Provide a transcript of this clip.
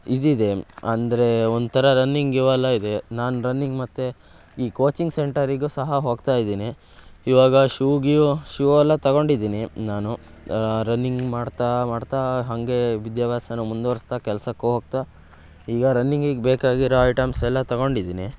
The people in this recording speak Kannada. ಇದು ಇದೆ ಅಂದರೆ ಒಂಥರ ರನ್ನಿಂಗ್ ಇವೆಲ್ಲ ಇದೆ ನಾನು ರನ್ನಿಂಗ್ ಮತ್ತು ಈ ಕೋಚಿಂಗ್ ಸೆಂಟರಿಗೂ ಸಹ ಹೋಗ್ತಾ ಇದ್ದೀನಿ ಇವಾಗ ಶೂ ಗೀವ್ ಶೂ ಎಲ್ಲ ತೊಗೊಂಡಿದ್ದೀನಿ ನಾನು ರನ್ನಿಂಗ್ ಮಾಡ್ತಾ ಮಾಡ್ತಾ ಹಾಗೇ ವಿದ್ಯಾಭ್ಯಾಸನೂ ಮುಂದುವರ್ಸ್ತಾ ಕೆಲಸಕ್ಕೂ ಹೋಗ್ತಾ ಈಗ ರನ್ನಿಂಗಿಗೆ ಬೇಕಾಗಿರೋ ಐಟಮ್ಸೆಲ್ಲ ತೊಗೊಂಡಿದ್ದೀನಿ